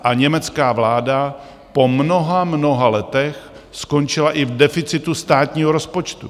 A německá vláda po mnoha, mnoha letech skončila i v deficitu státního rozpočtu.